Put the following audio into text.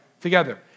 together